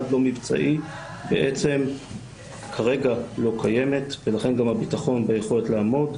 לא מבצעי בעצם כרגע לא קיימת ולכן גם הביטחון ביכולת לעמוד.